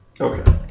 Okay